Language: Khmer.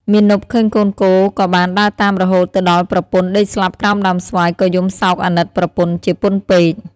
មាណពឃើញកូនគោក៏បានដើរតាមរហូតទៅឃើញប្រពន្ធដេកស្លាប់ក្រោមដើមស្វាយក៏យំសោកអាណិតប្រពន្ធជាពន់ពេក ។